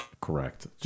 Correct